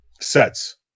sets